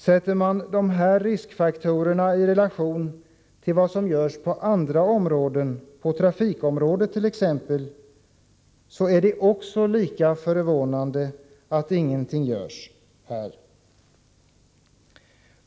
Sätter man de här riskfaktorerna i relation till vad som görs på andra områden, exempelvis på trafikområdet, är det lika förvånande att ingenting görs här.